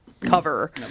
Cover